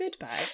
Goodbye